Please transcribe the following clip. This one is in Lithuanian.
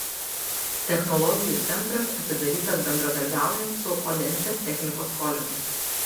technologijų centras atidarytas bendradarbiaujant su odensės technikos koledžu